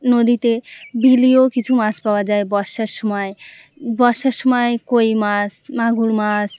নদীতে বিলেও কিছু মাছ পাওয়া যায় বর্ষার সময় বর্ষার সময় কই মাছ মাগুর মাছ